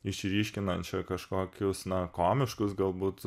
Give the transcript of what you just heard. išryškinančią kažkokius na komiškus galbūt